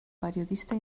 periodista